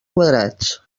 quadrats